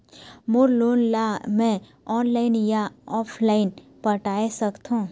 मोर loan ला मैं online या ऑफलाइन पटाए सकथों?